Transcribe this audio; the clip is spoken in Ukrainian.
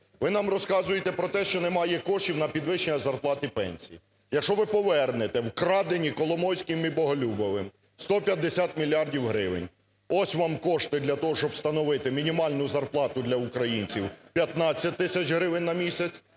Ви нам розказуєте про те, що немає коштів на підвищення зарплат і пенсій. Якщо ви повернете вкрадені Коломойським і Боголюбовим 150 мільярдів гривень, – ось вам кошти для того, щоб встановити мінімальну зарплату для українців – д 15 тисяч гривень на місяць,